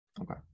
Okay